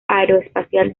aeroespacial